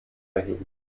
erheben